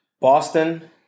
Boston